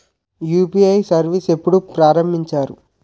UPI service ఎప్పుడు ప్రారంభించారు?